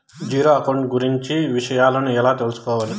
Zero account కు గురించి విషయాలను ఎలా తెలుసుకోవాలి?